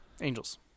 Angels